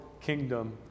kingdom